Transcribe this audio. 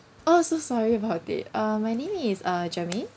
oh so sorry about it uh my name is uh jermaine